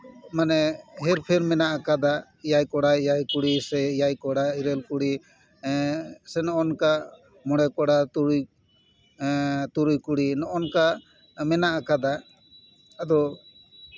ᱢᱟᱱᱮ ᱦᱮᱨᱯᱷᱮᱨ ᱢᱮᱱᱟᱜ ᱠᱟᱫᱟ ᱮᱭᱟᱭ ᱠᱚᱲᱟ ᱮᱭᱟᱭ ᱠᱩᱲᱤ ᱥᱮ ᱮᱭᱟᱭ ᱠᱚᱲᱲᱟ ᱤᱨᱟᱹᱞ ᱠᱩᱲᱤ ᱥᱮ ᱱᱚᱜᱼᱚᱭ ᱱᱚᱝᱠᱟ ᱢᱚᱬᱮ ᱠᱚᱲᱟ ᱛᱩᱨᱩᱭ ᱠᱩᱲᱤ ᱱᱚᱜᱼᱚᱭ ᱱᱚᱝᱠᱟ ᱢᱮᱱᱟᱜ ᱠᱟᱫᱟ ᱟᱫᱚ